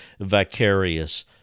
vicarious